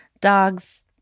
dogs